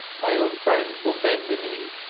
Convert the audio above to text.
my own friends will bend the knee,